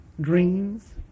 dreams